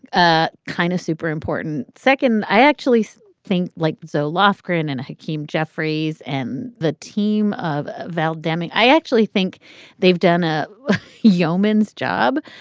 ah kind of super important. second, i actually think like zoe lofgren and hakeem jeffries and the team of val demming, i actually think they've done a yeoman's job,